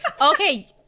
okay